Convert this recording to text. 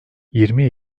yirmi